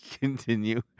Continue